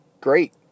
great